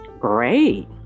Great